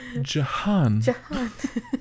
Jahan